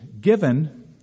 given